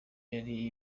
yari